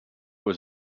was